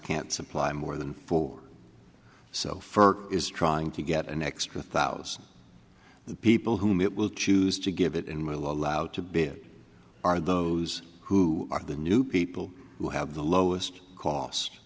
can't supply more than four so fur is trying to get an extra thousand people whom it will choose to give it in my lout to bid are those who are the new people who have the lowest cost